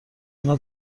اینها